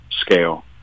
scale